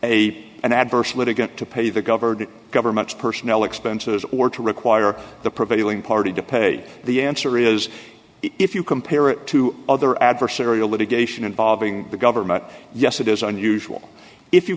a an adverse litigant to pay the government government's personnel expenses or to require the prevailing party to pay the answer is if you compare it to other adversarial litigation involving the government yes it is unusual if you